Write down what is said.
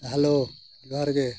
hello ᱡᱚᱸᱦᱟᱨ ᱜᱮ